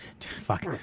Fuck